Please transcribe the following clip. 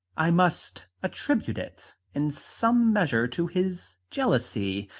i must attribute it in some measure to his jealousy.